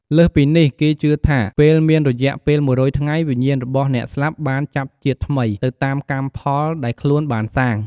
លើសពីនេះ គេជឿថា ពេលមានរយៈពេល១០០ថ្ងៃ វិញ្ញាណរបស់អ្នកស្លាប់បាន ចាប់ជាតិថ្មី ទៅតាមកម្មផលដែលខ្លួនបានសាង។